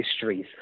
histories